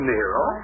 Nero